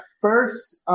first